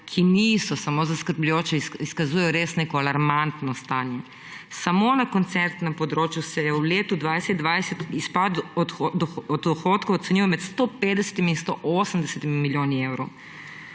ki niso samo zaskrbljujoče, izkazujejo res neko alarmantno stanje, samo na koncertnem področju se v letu 2020 izpad od dohodkov ocenjuje med 150 in 180 milijoni evrov.